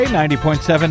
90.7